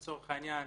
לצורך העניין